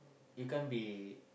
you can't be